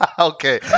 Okay